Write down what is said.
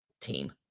team